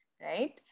right